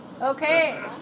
Okay